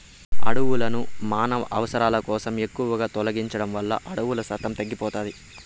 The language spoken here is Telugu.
అడవులను మానవ అవసరాల కోసం ఎక్కువగా తొలగించడం వల్ల అడవుల శాతం తగ్గిపోతాది